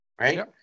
Right